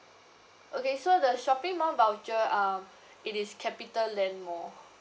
okay so the shopping mall voucher um it is capitaland mall